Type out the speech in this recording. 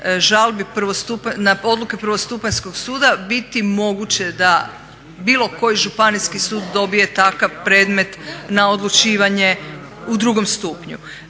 žalbi na odluke prvostupanjskog suda biti moguće da bilo koji županijski sud dobije takav predmet na odlučivanje u drugom stupnju.